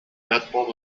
netball